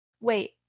wait